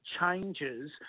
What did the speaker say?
changes